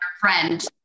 friend